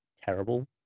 terrible